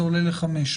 זה עולה ל-500.